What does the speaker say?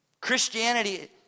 Christianity